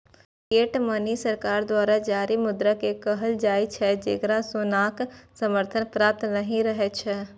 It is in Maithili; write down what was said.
फिएट मनी सरकार द्वारा जारी मुद्रा कें कहल जाइ छै, जेकरा सोनाक समर्थन प्राप्त नहि रहै छै